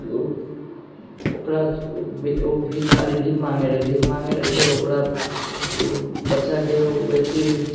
तऽ ओकरा ओ भिखारी ओ भीख माँगै रहै भीख माँगै रहै तऽ ओकरा ओ बच्चाके ओ व्यक्ति